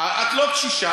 את לא קשישה.